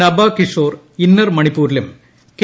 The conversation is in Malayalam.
നബാകിഷോർ ഇന്നർ മണിപ്പൂരിലും കെ